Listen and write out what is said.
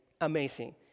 Amazing